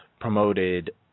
promoted